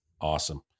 awesome